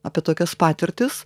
apie tokias patirtis